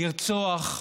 לרצוח,